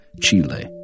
Chile